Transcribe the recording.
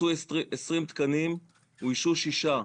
יצאו 20 תקנים, אוישו שישה.